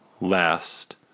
last